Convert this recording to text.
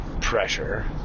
pressure